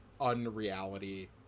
Unreality